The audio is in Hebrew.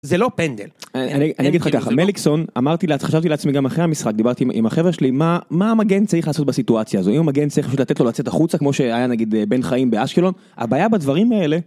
זה לא פנדל. אני אגיד לך ככה, מליקסון אמרתי לך חשבתי לעצמי גם אחרי המשחק דיברתי עם החברה' שלי מה מה המגן צריך לעשות בסיטואציה הזו. האם הגן צריך לתת לו לצאת החוצה כמו שהיה נגיד בן חיים באשקלון הבעיה בדברים האלה.